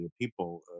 people